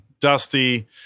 Dusty